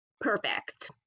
perfect